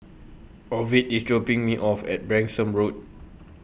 Ovid IS dropping Me off At Branksome Road